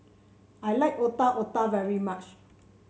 I like Otak Otak very much